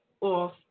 off